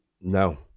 No